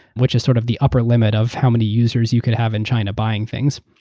which is sort of the upper limit of how many users you could have in china buying things.